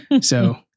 So-